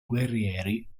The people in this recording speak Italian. guerrieri